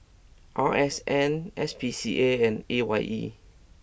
R S N S P C A and A Y E